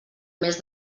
mes